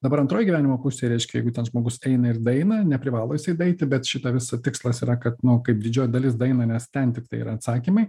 dabar antroj gyvenimo pusėj reiškia jeigu ten žmogus eina ir daeina neprivalo jisai daeiti bet šitą visą tikslas yra kad no kaip didžioji dalis daeina nes ten tiktai yra atsakymai